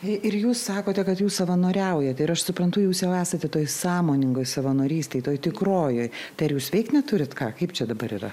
ir jūs sakote kad jūs savanoriaujate ir aš suprantu jūs jau esate toje sąmoningoj savanorystėj toje tikrojoj tai ar jūs veikt neturit ką kaip čia dabar yra